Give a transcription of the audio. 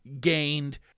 gained